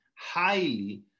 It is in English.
highly